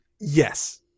Yes